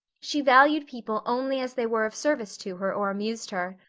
she valued people only as they were of service to her or amused her.